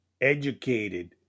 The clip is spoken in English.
educated